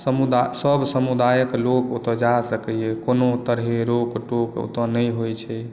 सभ समुदायक लोक ओतय जा सकैया कोनो तरहे रोक टोक ओतय नहि होइ छै